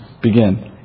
begin